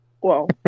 Wow